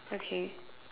okay